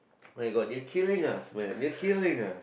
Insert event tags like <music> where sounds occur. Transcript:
<noise> oh my god they are killing us they are killing ah